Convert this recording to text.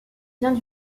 vient